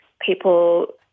people